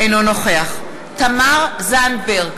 אינו נוכח תמר זנדברג,